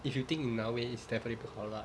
if you think in another way it's definitely 不好 lah